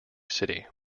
city